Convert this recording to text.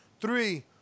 three